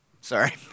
Sorry